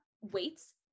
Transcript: weights